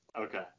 Okay